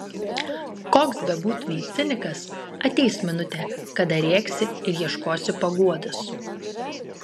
koks bebūtumei cinikas ateis minutė kada rėksi ir ieškosi paguodos